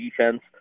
defense